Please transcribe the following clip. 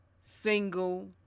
single